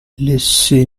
laissez